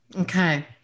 Okay